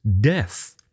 death